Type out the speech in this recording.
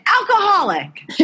alcoholic